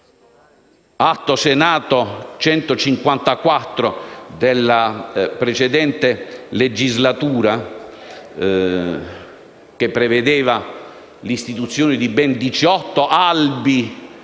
Senato n. 154 nella precedente legislatura, che prevedeva l'istituzione di ben 18 albi